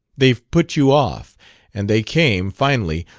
they've put you off and they came, finally,